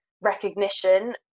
recognition